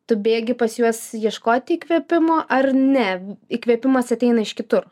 tu bėgi pas juos ieškot įkvėpimo ar ne įkvėpimas ateina iš kitur